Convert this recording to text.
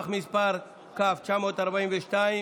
כ/942,